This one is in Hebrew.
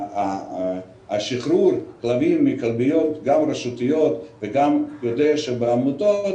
שחרור הכלבים מהכלביות גם רשותיות וגם מהעמותות